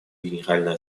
генеральной